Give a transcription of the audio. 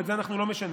את זה אנחנו לא משנים.